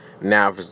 Now